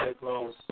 close